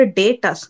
data